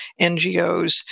NGOs